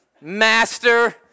Master